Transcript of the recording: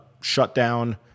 shutdown